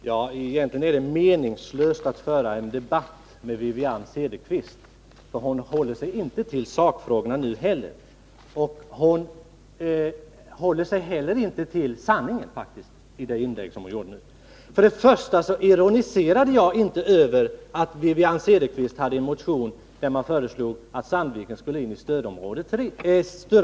Herr talman! Egentligen är det meningslöst att föra en debatt med Wivi-Anne Cederqvist, för hon håller sig inte till sakfrågorna nu heller. Hon höll sig heller inte till sanningen i det inlägg hon gjorde nu. Jag ironiserade inte över att Wivi-Anne Cederqvist hade väckt en motion där man föreslog att Sandviken skulle in i stödområde C.